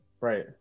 Right